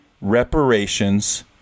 reparations